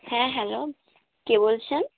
হ্যাঁ হ্যালো কে বলছেন